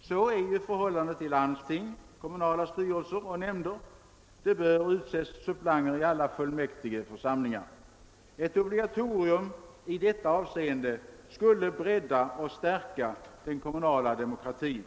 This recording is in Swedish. Så är ju förhållandet i landsting, kommunala styrelser och nämnder. Det bör utses suppleanter i alla fullmäktigeförsamlingar. Ett obligatorium i detta avseende skulle bredda och stärka den kommunala demokratin.